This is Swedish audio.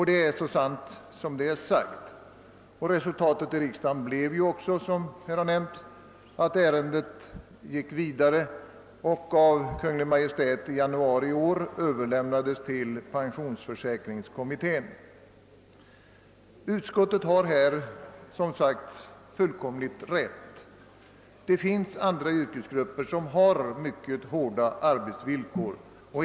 Det är så sant som det är sagt. Resultatet i riksdagen blev ju också, som nämnts, att ärendet gick vidare och av Kungl. Maj:t i januari i år överlämnades till pensionsförsäkringskommittén. Utskottet har alltså fullkomligt rätt: det finns andra yrkesgrupper som har mycket hårda arbetsvillkor.